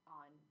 on